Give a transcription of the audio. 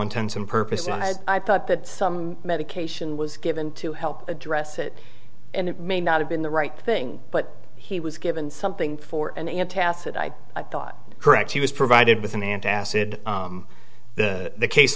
intents and purposes i thought that some medication was given to help address it and it may not have been the right thing but he was given something for an antacid i thought correct he was provided with an antacid the